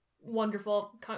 wonderful